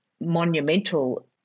monumental